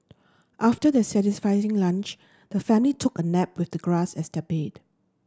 after their satisfying lunch the family took a nap with the grass as their bed